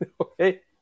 Okay